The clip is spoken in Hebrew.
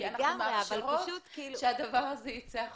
כי אנחנו מאפשרות שהדבר ייצא החוצה.